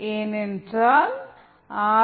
ஏனென்றால் ஆர்